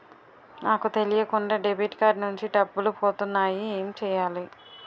నాకు తెలియకుండా debit card నుంచి డబ్బులు పోతున్నాయి ఎం చెయ్యాలి?